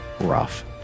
rough